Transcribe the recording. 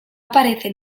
aparece